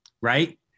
right